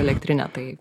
elektrinę tai